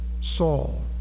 Saul